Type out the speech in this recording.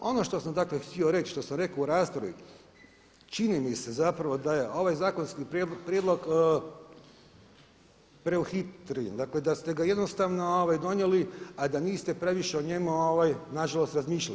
A ono što sam dakle htio reći, što sam rekao u raspravi čini mi se zapravo da je ovaj zakonski prijedlog preduhitren, dakle da ste ga jednostavno donijeli a da niste previše o njemu nažalost razmišljali.